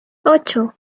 ocho